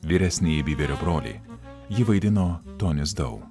vyresnieji byverio broliai jį vaidino tonis dau